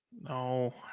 no